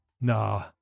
Nah